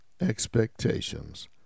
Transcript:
Expectations